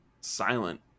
silent